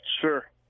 sure